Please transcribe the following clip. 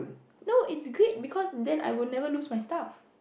no it's great because then I will never lose my stuff